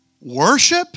Worship